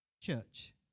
Church